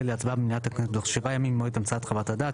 להצבעה במליאת הכנסת תוך שבעה ימים ממועד המצאת חוות הדעת.